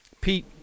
Pete